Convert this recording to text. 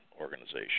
organization